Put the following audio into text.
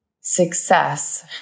success